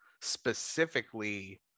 specifically